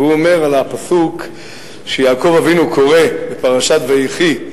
והוא אומר על הפסוק שיעקב אבינו קורא בפרשת ויחי,